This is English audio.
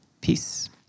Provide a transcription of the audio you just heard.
Peace